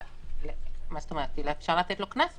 אולי אפשר לתת לו קנס מיידי?